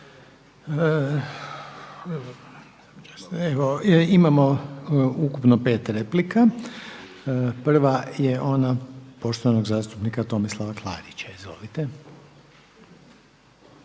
Hvala. Imamo ukupno pet replika. Prava je ona poštovanog zastupnika Tomislava Klarića. Izvolite.